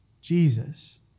Jesus